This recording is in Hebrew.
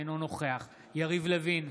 אינו נוכח יריב לוין,